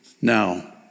now